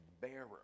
bearer